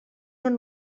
són